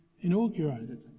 inaugurated